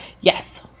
yes